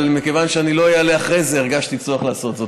אבל מכיוון שאני לא אעלה אחרי זה הרגשתי צורך לעשות זאת.